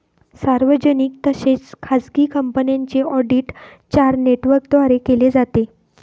सार्वजनिक तसेच खाजगी कंपन्यांचे ऑडिट चार नेटवर्कद्वारे केले जाते